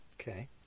Okay